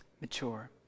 mature